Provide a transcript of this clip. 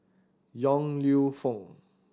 Yong Lew Foong